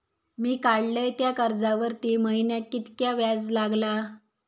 मी काडलय त्या कर्जावरती महिन्याक कीतक्या व्याज लागला?